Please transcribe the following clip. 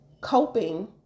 coping